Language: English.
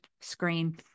screen